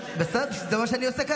זה התפקיד שלך כיושב-ראש הכנסת.